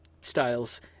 styles